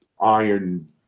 iron